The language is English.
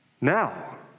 Now